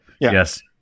Yes